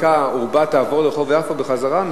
רובה יעבור לרחוב יפו בחזרה,